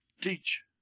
Teach